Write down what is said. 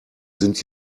sind